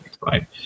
right